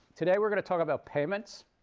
today we're going to talk about payments.